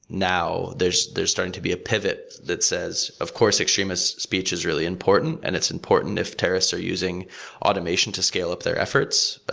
now, there's there's starting to be a pivot that says, of course, extremists' speech is really important, and it's important if terrorists are using automation to scale up their efforts.